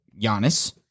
Giannis